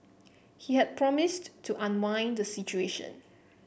he had promised to unwind the situation